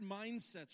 mindsets